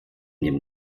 dem